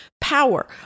power